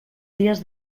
dies